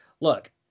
Look